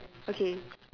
okay